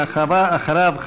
ואחריו,